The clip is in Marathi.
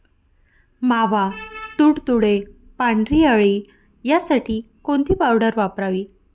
मावा, तुडतुडे, पांढरी अळी यासाठी कोणती पावडर वापरावी?